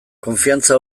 konfiantza